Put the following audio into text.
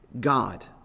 God